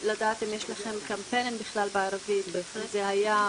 לדעת אם יש לכם קמפיין בערבית, אם היה,